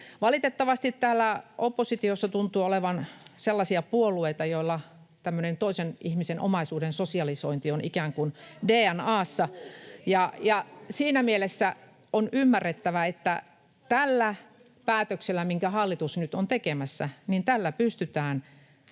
Valitettavasti täällä oppositiossa tuntuu olevan sellaisia puolueita, joilla tämmöinen toisen ihmisen omaisuuden sosialisointi on ikään kuin dna:ssa, ja siinä mielessä on ymmärrettävä, että tällä päätöksellä, minkä hallitus nyt on tekemässä, pystytään